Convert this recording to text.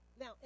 Now